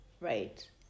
Right